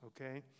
okay